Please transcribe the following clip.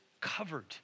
covered